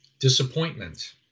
disappointment